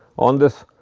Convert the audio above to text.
on this